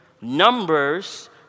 Numbers